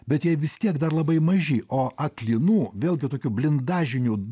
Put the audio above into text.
bet jie vis tiek dar labai maži o aklinų vėlgi tokiu blindažnių